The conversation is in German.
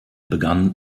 begann